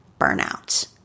Burnout